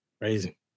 Crazy